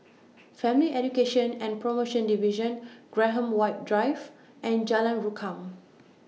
Family Education and promotion Division Graham White Drive and Jalan Rukam